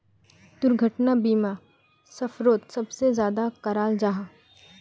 दुर्घटना बीमा सफ़रोत सबसे ज्यादा कराल जाहा